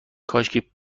کاشکی